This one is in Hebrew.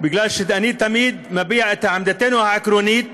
אלא מפני שאני תמיד מביע את עמדתנו העקרונית